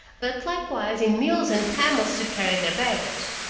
but likewise in mules and camels to carry their baggage.